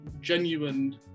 genuine